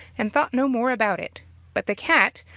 and thought no more about it but the cat,